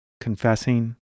confessing